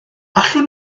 allwn